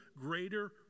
greater